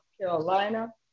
Carolina